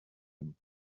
him